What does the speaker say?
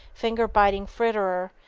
finger-biting fritterer,